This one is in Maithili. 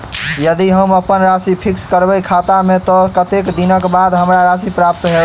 यदि हम अप्पन राशि फिक्स करबै खाता मे तऽ कत्तेक दिनक बाद हमरा राशि प्राप्त होइत?